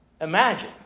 Imagine